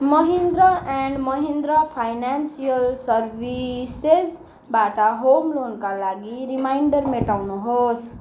Mahindra and Mahindra financial सर्भिसेजबाट home लोनका लागि रिमाइन्डर मेटाउनुहोस्